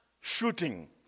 shooting